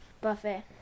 buffet